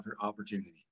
opportunity